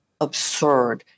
absurd